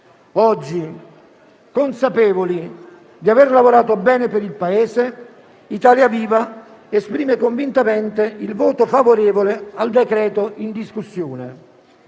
Oggi, consapevoli di aver lavorato bene per il Paese, Italia Viva esprime convintamente il voto favorevole al decreto-legge in discussione.